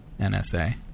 NSA